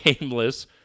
nameless